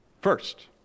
first